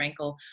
Frankel